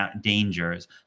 dangers